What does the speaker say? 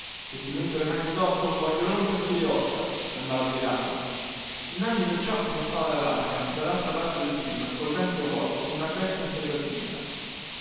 se ti metto le mani addosso voglio romperti le ossa andava gridando e nanni perciò se ne stava alla larga dallaltra parte del fiume col ventre vuoto come una bestia inselvatichita